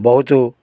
ବହୁତ